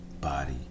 body